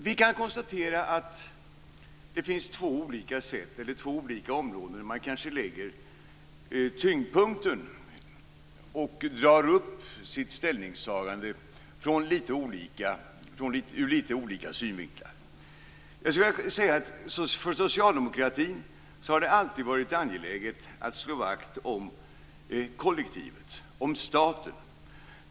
Vi kan konstatera att det finns två olika områden som man lägger tyngdpunkten på. Vi drar upp våra ställningstaganden från litet olika synvinklar. Jag skulle vilja säga att det för socialdemokratin alltid har varit angeläget att slå vakt om kollektivet, om staten.